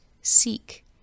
seek